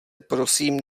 prosím